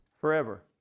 forever